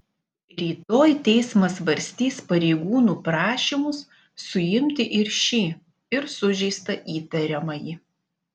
rytoj teismas svarstys pareigūnų prašymus suimti ir šį ir sužeistą įtariamąjį